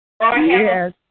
Yes